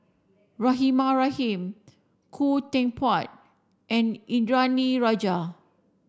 Rahimah Rahim Khoo Teck Puat and Indranee Rajah